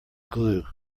glue